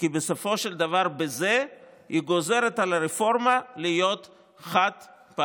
כי בסופו של דבר בזה היא גוזרת על הרפורמה להיות חד-פעמית.